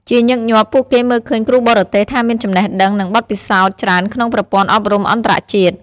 ជាញឹកញាប់ ពួកគេមើលឃើញគ្រូបរទេសថាមានចំណេះដឹង និងបទពិសោធន៍ច្រើនក្នុងប្រព័ន្ធអប់រំអន្តរជាតិ។